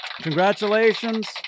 Congratulations